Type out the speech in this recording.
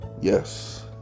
Yes